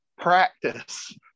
practice